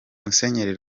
musenyeri